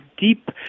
deep